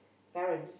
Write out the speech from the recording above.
parents